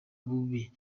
bubi